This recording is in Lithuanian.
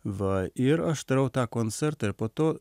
va ir aš darau tą koncertą po to